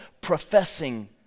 professing